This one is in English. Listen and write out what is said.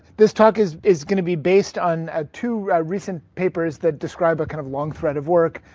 this talk is is going to be based on ah two recent papers that describe a kind of long thread of work.